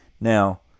Now